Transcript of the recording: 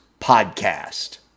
podcast